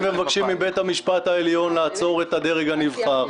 ומבקשים מבית המשפט העליון לעצור את הדרג הנבחר.